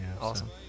Awesome